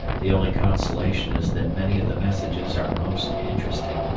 the only consolation is that many of the messages are most interesting.